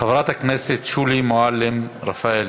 חברת הכנסת שולי מועלם-רפאלי.